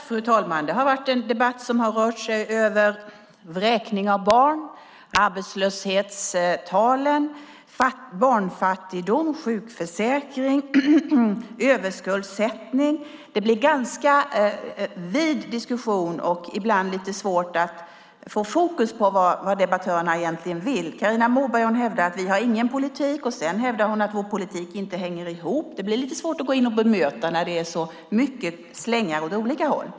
Fru talman! Det har varit en debatt som har rört sig från vräkningar av barn till arbetslöshetstalen, barnfattigdom, sjukförsäkringar och överskuldsättning. Det blir en ganska vid diskussion, och det har ibland varit ganska svårt att få fokus på vad debattörerna egentligen vill. Carina Moberg hävdar att vi inte har någon politik, och sedan hävdar hon att vår politik inte hänger ihop. Det är lite svårt att bemöta det när det är så mycket slängar åt olika håll.